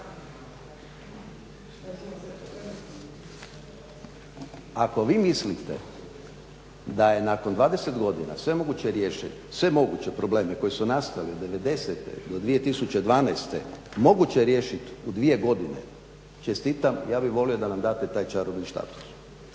Ako vi mislite da je nakon 20 godina sve moguće riješiti, sve moguće probleme koji su nastali '90. do 2012., moguće riješiti u 2 godine, čestitam, ja bih volio da nam date taj čarobni štapić.